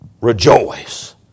rejoice